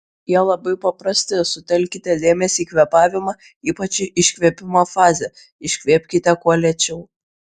jie labai paprasti sutelkite dėmesį į kvėpavimą ypač į iškvėpimo fazę iškvėpkite kuo lėčiau